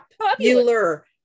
popular